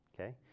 okay